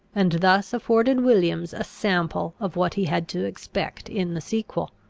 and thus afforded williams a sample of what he had to expect in the sequel.